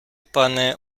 пане